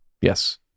yes